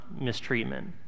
mistreatment